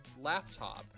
laptop